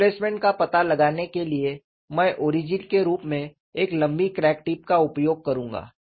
displacement का पता लगाने के लिए मैं ओरिजिन के रूप में एक लंबी क्रैक टिप का उपयोग करूंगा